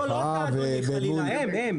לא, לא אתה, אדוני, חלילה, הם הם.